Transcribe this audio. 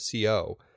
CO